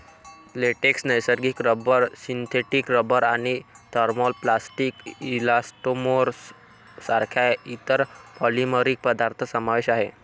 latex, नैसर्गिक rubber, synthetic rubber आणि thermoplastic elastomers सारख्या इतर पॉलिमरिक पदार्थ समावेश आहे